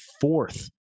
fourth